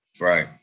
Right